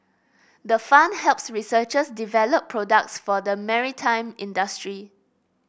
the fund helps researchers develop products for the maritime industry